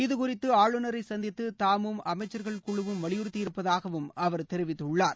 இது குறித்து ஆளுநரை சந்தித்து தாமும் அமைச்சர்கள் குழுவும் வலியுறுத்தியிருப்பதாகவும் அவர் தெரிவித்துள்ளார்